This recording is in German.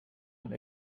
und